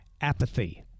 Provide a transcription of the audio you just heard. apathy